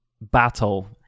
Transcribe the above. battle